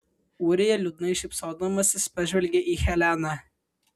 ūrija liūdnai šypsodamasis pažvelgė į heleną